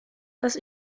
das